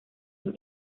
los